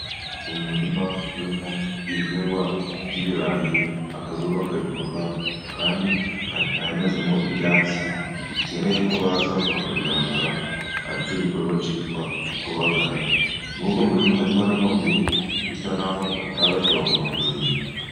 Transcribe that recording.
Umurima urimo ibihingwa by'ibirayi akazuba kari kuva, kandi hamezemo ibyatsi bikeneye ko baza bakabirandura, aricyo gikorwa cyitwa kubagara, Muri uwo murima harimo n'amabuye, bisa n'aho batayatogonzeye.